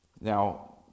Now